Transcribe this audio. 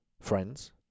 friends